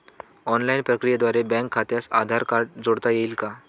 Online प्रक्रियेद्वारे bank खात्यास Aadhaar card जोडता येईल का?